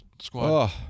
squad